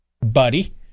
buddy